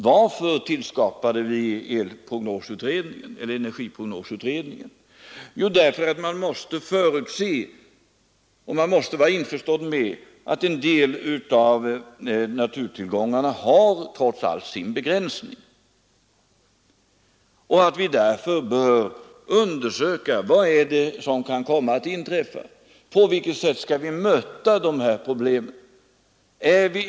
Varför tillskapade vi energiprognosutredningen? Jo, det gjorde vi därför att vi var införstådda med att en del av naturtillgångarna trots allt är begränsade och att vi därför bör undersöka vad som kan komma att inträffa, På vilket sätt skall vi möta problemen?